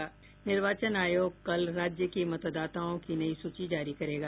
निर्वाचन आयोग कल राज्य की मतदाताओं की नई सूची जारी करेगा